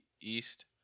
east